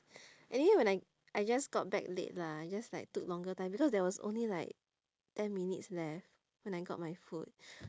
anyway when I I just got back late lah I just like took longer time because there was only like ten minutes left when I got my food